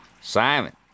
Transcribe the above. Simon